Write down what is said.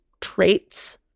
traits